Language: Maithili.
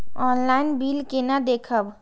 ऑनलाईन बिल केना देखब?